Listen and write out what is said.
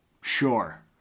sure